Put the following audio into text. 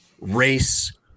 race